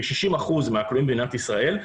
כ-60% מהכלואים במדינת ישראל,